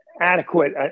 adequate